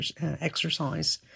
exercise